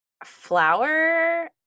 Flower